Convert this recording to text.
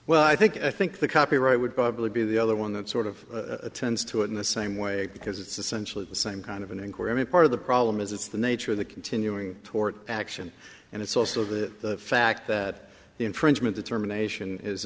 well i think i think the copyright would probably be the other one that sort of attends to it in the same way because it's essentially the same kind of an inquiry part of the problem is it's the nature of the continuing tort action and it's also the fact that the infringement determination